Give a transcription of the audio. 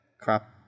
Crop